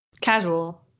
casual